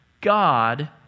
God